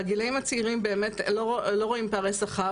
בגילאים הצעירים באמת לא רואים פערי שכר,